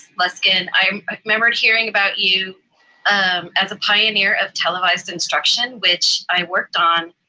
ah luskin, i um ah remembered hearing about you um as a pioneer of televised instruction, which i worked on